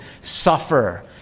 suffer